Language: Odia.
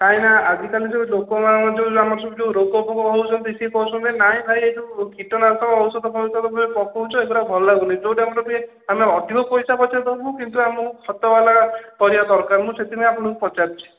କାହିଁକିନା ଆଜିକାଲି ଯେଉଁ ଲୋକ ଆମର ସବୁ ଯେଉଁ ରୋଗ ଫୋଗ ହେଉଛନ୍ତି ସେ କହୁଛନ୍ତି ନାଇଁ ଭାଇ ସେ ଯେଉଁ କୀଟନାଶକ ଔଷଧ ଫୌସଧ ସବୁ ପକାଉଛ ଏଗୁଡ଼ିକ ଭଲ ଲାଗୁନି ଆମେ ଅଧିକ ପଇସା ପଛେ ଦେବୁ କିନ୍ତୁ ଆମକୁ ଖତ ବାଲା ପରିବା ଦରକାର ମୁଁ ସେଥିପାଇଁ ଆପଣଙ୍କୁ ପଚାରୁଛି